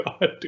god